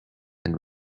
and